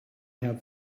have